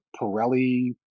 Pirelli